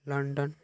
London